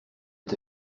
est